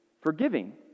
forgiving